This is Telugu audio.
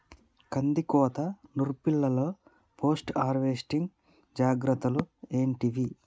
కందికోత నుర్పిల్లలో పోస్ట్ హార్వెస్టింగ్ జాగ్రత్తలు ఏంటివి?